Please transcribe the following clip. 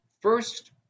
First